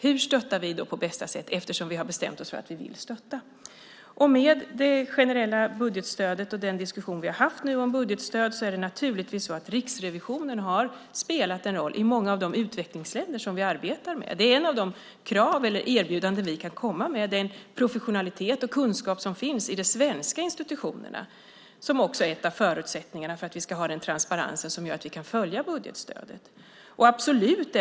Hur stöttar vi på bästa sätt, eftersom vi har bestämt att vi vill stötta? Med det generella budgetstödet och den diskussion vi har haft om budgetstödet har naturligtvis Riksrevisionen spelat en roll i många av de utvecklingsländer som vi arbetar med. Ett av de krav och erbjudanden vi kan komma med är den professionalitet och kunskap som finns i de svenska institutionerna. Det är också en av förutsättningarna för att vi ska ha en transparens som gör att vi kan följa budgetstödet.